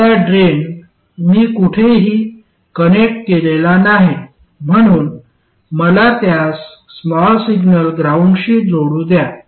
आता ड्रेन मी कुठेही कनेक्ट केलेला नाही म्हणून मला त्यास स्मॉल सिग्नल ग्राउंडशी जोडू द्या